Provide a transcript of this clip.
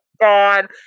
God